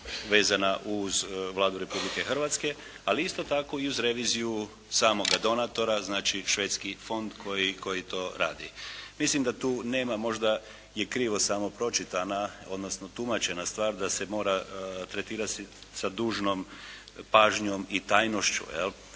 vezana uz Vladu Republike Hrvatske, ali isto tako i uz reviziju samoga donatora, znači švedski fond koji to radi. Mislim da tu nema, možda je krivo samo pročitana, odnosno tumačena stvar da se mora tretirati sa dužnom pažnjom i tajnošću jel'.